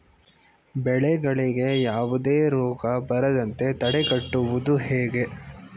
ಬೆಳೆಗಳಿಗೆ ಯಾವುದೇ ರೋಗ ಬರದಂತೆ ತಡೆಗಟ್ಟುವುದು ಹೇಗೆ?